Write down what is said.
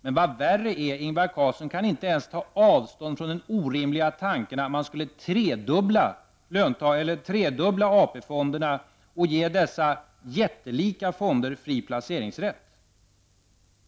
Men vad värre är: Ingvar Carlsson kan inte ens ta avstånd från den orimliga tanken att man skulle kunna tredubbla AP fondernas storlek och ge dessa jättelika fonder fri placeringsrätt.